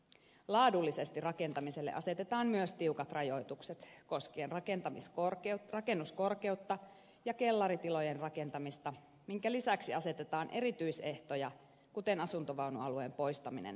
laadullisesti rakentamiselle asetetaan myös tiukat rajoitukset koskien rakennuskorkeutta ja kellaritilojen rakentamista minkä lisäksi asetetaan erityisehtoja kuten asuntovaunualueen poistaminen puiston alueelta